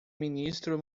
ministro